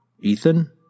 Ethan